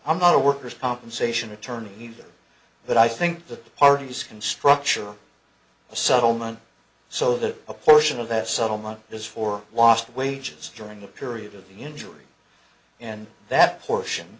i'm not a worker's compensation attorney but i think the parties can structure settlement so that a portion of that settlement is for lost wages during the period of the injury and that portion